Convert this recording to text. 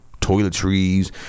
toiletries